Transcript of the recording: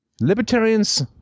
Libertarians